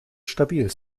stabil